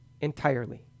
entirely